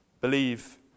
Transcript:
Believe